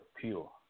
pure